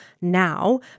now